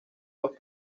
los